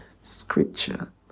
Scripture